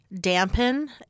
dampen